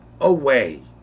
away